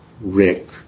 Rick